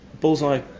Bullseye